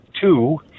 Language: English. two